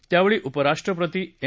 यावेळी उपराष्ट्रपती एम